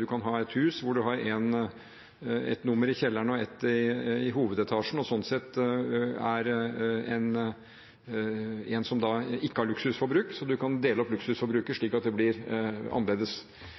Man kan ha et hus hvor man har ett nummer i kjelleren og ett i hovedetasjen – og sånn sett er en som ikke har luksusforbruk. Så man kan dele opp luksusforbruket slik at det blir annerledes.